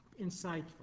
insightful